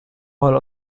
all